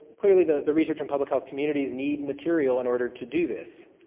clearly the the research and public health communities need material in order to do this,